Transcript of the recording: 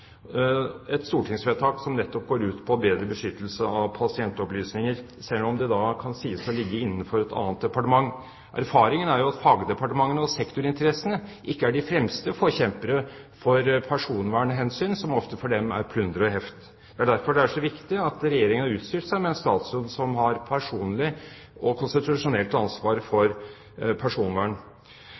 et stortingsvedtak som nettopp går ut på bedre beskyttelse av pasientopplysninger, selv om det kan sies å ligge innenfor et annet departement. Erfaringene er jo at fagdepartementene og sektorinteressene ikke er de fremste forkjempere for personvernhensyn, som ofte for dem er plunder og heft. Det er derfor det er så viktig at Regjeringen har utstyrt seg med en statsråd som har personlig og konstitusjonelt ansvar for personvern.